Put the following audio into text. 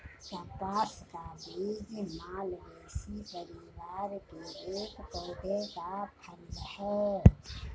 कपास का बीज मालवेसी परिवार के एक पौधे का फल है